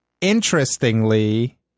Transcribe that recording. interestingly